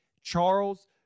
Charles